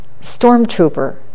stormtrooper